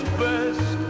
best